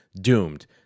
DOOMED